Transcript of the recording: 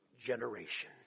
generation